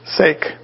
sake